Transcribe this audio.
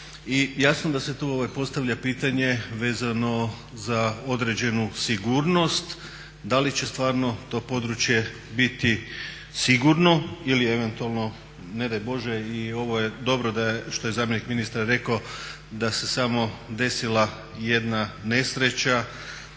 jasno da se tu postavlja pitanje vezano za određenu sigurnost da li će stvarno to područje biti sigurno ili eventualno ne daj Bože. I ovo je dobro što je zamjenik ministra rekao da se samo desila jedna nesreća,